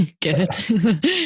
Good